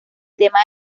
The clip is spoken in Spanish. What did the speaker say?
tema